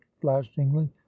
flashingly